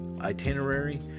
itinerary